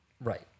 Right